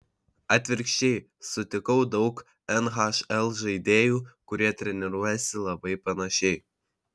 atvirkščiai sutikau daug nhl žaidėjų kurie treniruojasi labai panašiai